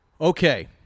Okay